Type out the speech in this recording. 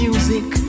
Music